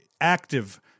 active